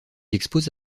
expose